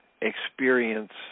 experience